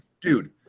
Dude